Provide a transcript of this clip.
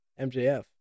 MJF